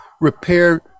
repair